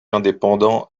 indépendant